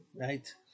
right